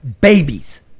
babies